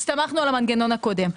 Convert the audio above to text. הסתמכנו על המנגנון הקודם.